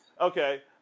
Okay